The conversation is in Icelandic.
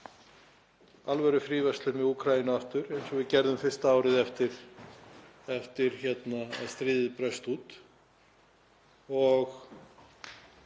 alvörufríverslun við Úkraínu aftur eins og við gerðum fyrsta árið eftir að stríðið braust út